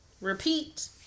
repeat